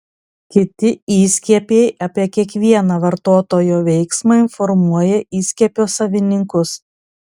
kiti įskiepiai apie kiekvieną vartotojo veiksmą informuoja įskiepio savininkus